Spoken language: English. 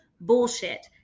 bullshit